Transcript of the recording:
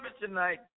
tonight